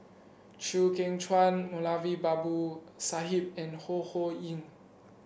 Chew Kheng Chuan Moulavi Babu Sahib and Ho Ho Ying